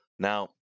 Now